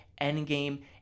Endgame